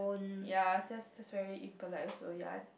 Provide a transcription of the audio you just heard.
ya that's that's very impolite also ya